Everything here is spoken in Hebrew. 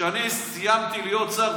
כשאני סיימתי להיות שר,